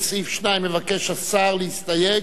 לסעיף 2 מבקש השר להסתייג,